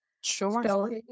Sure